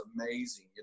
amazing